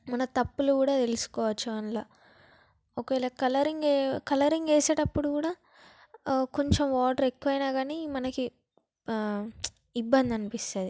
మన తప్పులు కూడా తెలుసుకోవచ్చు అట్ల ఒకవేళ కలరింగ్ కలరింగ్ వేసేటప్పుడు కూడా కొంచెం వాటర్ ఎక్కువైనా కానీ మనకి ఇబ్బంది అనిపిస్తుంది